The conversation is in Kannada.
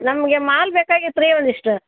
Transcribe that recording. ನಮಗೆ ಮಾಲು ಬೇಕಾಗಿತ್ತು ರೀ ಒಂದಿಷ್ಟು